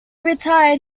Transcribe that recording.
retired